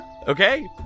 Okay